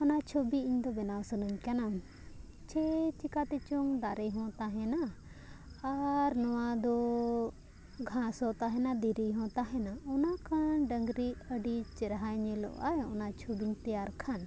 ᱚᱱᱟ ᱪᱷᱚᱵᱤ ᱤᱧ ᱫᱚ ᱵᱮᱱᱟᱣ ᱥᱟᱱᱟᱧ ᱠᱟᱱᱟ ᱥᱮ ᱪᱮᱠᱟᱛᱮᱪᱚᱝ ᱫᱟᱨᱮ ᱦᱚᱸ ᱛᱟᱦᱮᱱᱟ ᱟᱨ ᱱᱚᱣᱟ ᱫᱚ ᱜᱷᱟᱥ ᱦᱚᱸ ᱛᱟᱦᱮᱱᱟ ᱫᱤᱨᱤ ᱦᱚᱸ ᱛᱟᱦᱮᱱᱟ ᱚᱱᱟ ᱠᱷᱟᱱ ᱰᱟᱹᱝᱨᱤ ᱟᱹᱰᱤ ᱪᱮᱨᱦᱟᱭ ᱧᱮᱞᱚᱜ ᱟᱭ ᱚᱱᱟ ᱪᱷᱚᱵᱤᱧ ᱛᱮᱭᱟᱨ ᱠᱷᱟᱱ